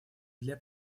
для